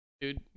Dude